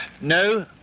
no